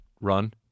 Run